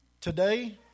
Today